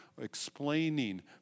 explaining